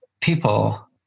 people